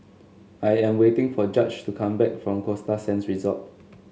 I am waiting for Judge to come back from Costa Sands Resort